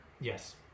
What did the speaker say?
Yes